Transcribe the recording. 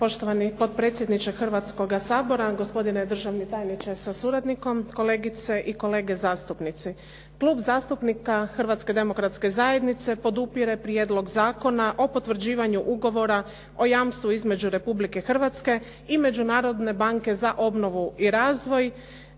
Poštovani potpredsjedniče Hrvatskoga sabora, gospodine državni tajniče sa suradnikom, kolegice i kolege zastupnici. Klub zastupnika Hrvatske demokratske zajednice podupire Prijedlog zakona o potvrđivanju Ugovora o jamstvu između Republike Hrvatske i Međunarodne banke za obnovu i razvoj